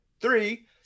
three